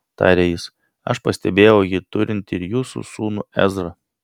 tarė jis aš pastebėjau jį turint ir jūsų sūnų ezrą